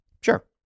Sure